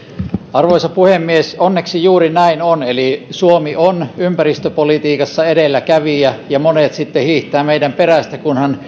arvoisa puhemies onneksi juuri näin on eli suomi on ympäristöpolitiikassa edelläkävijä ja monet sitten hiihtävät meidän perästä kunhan